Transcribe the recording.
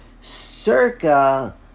circa